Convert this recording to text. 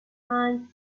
time